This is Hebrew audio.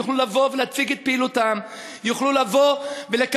יוכלו לבוא ולהציג את פעילותם,